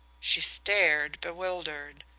she stared, bewildered.